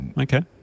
Okay